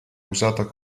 usata